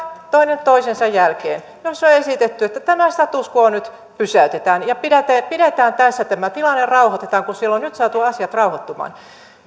toinen toisensa jälkeen joissa on esitetty että tämä status quo nyt pysäytetään ja pidetään tässä tämä tilanne rauhoitetaan kun siellä on nyt saatu asiat rauhoittumaan